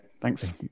Thanks